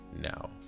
now